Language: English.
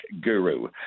guru